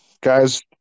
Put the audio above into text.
Guys